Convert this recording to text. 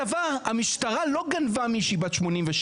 שרת החדשנות, המדע והטכנולוגיה אורית פרקש